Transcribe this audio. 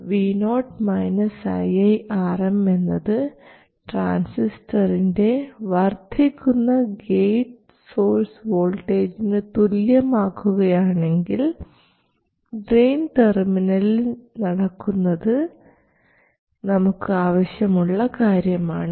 vo iiRm എന്നത് ട്രാൻസിസ്റ്ററിൻറെ വർദ്ധിക്കുന്ന ഗേറ്റ് സോഴ്സ് വോൾട്ടേജിന് തുല്യമാക്കുകയാണെങ്കിൽ ഡ്രെയിൻ ടെർമിനലിൽ നടക്കുന്നത് നമുക്ക് ആവശ്യമുള്ള കാര്യമാണ്